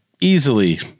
easily